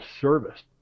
service